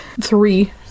three